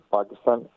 Pakistan